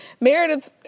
Meredith